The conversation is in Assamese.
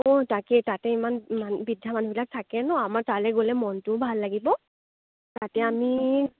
অ' তাকে তাতে ইমান মান বৃদ্ধা মানুহবিলাক থাকে ন' আমাৰ তালে গ'লে মনটোও ভাল লাগিব তাতে আমি